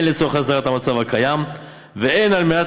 הן לצורך הסדרת המצב הקיים והן על מנת